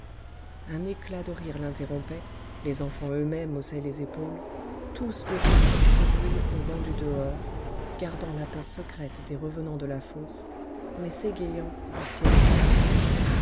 un éclat de rire l'interrompait les enfants eux-mêmes haussaient les épaules tous devenus incrédules au vent du dehors gardant la peur secrète des revenants de la fosse mais s'égayant du ciel vide